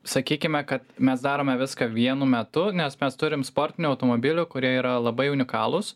sakykime kad mes darome viską vienu metu nes mes turim sportinių automobilių kurie yra labai unikalūs